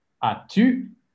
As-tu